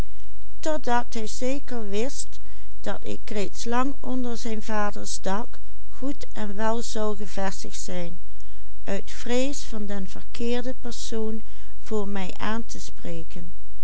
zijn vaders dak goed en wel zou gevestigd zijn uit vrees van den verkeerden persoon voor mij aan te spreken